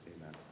amen